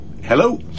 hello